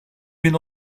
bin